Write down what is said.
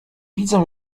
widzę